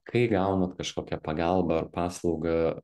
kai gaunat kažkokią pagalbą ar paslaugą